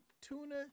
tuna